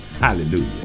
Hallelujah